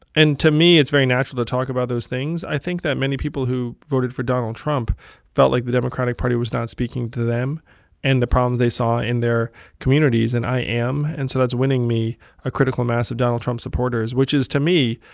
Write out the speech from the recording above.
and to me, it's very natural to talk about those things. i think that many people who voted for donald trump felt like the democratic party was not speaking to them and the problems they saw in their communities, and i am. and so that's winning me a critical mass of donald trump supporters, which is, to me,